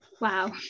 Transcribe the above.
wow